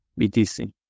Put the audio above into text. BTC